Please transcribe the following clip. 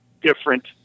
different